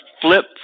flip